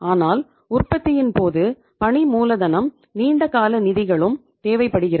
ஆனால் உற்பத்தியின் போது பணி மூலதனமும் நீண்ட கால நிதிகளும் தேவைப்படுகிறது